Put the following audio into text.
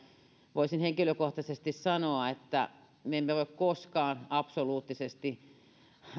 voisin henkilökohtaisesti sanoa että me emme voi koskaan absoluuttisesti